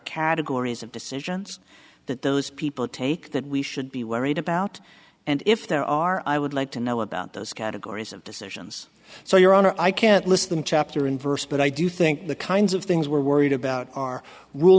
categories of decisions that those people take that we should be worried about and if there are i would like to know about those categories of decisions so your honor i can't list them chapter and verse but i do think the kinds of things we're worried about